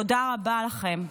תודה רבה לכם.